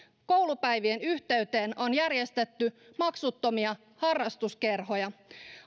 koulupäivien yhteyteen on järjestetty maksuttomia harrastuskerhoja